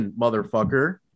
motherfucker